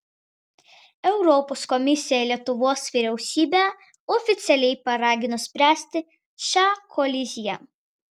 europos komisija lietuvos vyriausybę oficialiai paragino spręsti šią koliziją